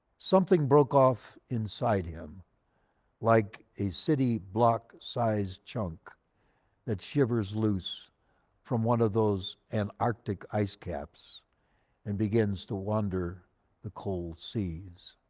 something broke off inside him like a city block size chunk that shivers loose from one of those and antarctic ice caps and begins to wander the cold seas.